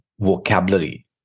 vocabulary